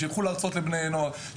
שילכו להרצות לבני נוער,